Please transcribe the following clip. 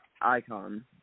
Icon